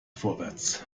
vorwärts